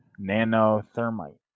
Nanothermite